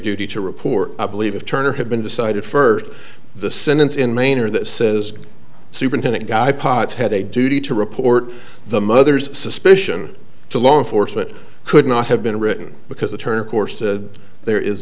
duty to report i believe turner had been decided first the sentence in maner that says superintendent guy potts had a duty to report the mother's suspicion to law enforcement could not have been written because the term course the there is